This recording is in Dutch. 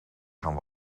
gaan